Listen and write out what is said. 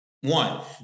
One